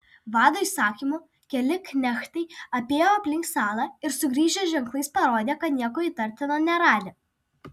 vado įsakymu keli knechtai apėjo aplink salą ir sugrįžę ženklais parodė kad nieko įtartino neradę